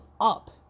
up